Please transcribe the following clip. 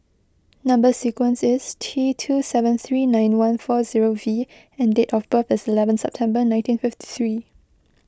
Number Sequence is T two seven three nine one four zero V and date of birth is eleven September nineteen fifty three